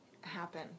happen